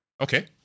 Okay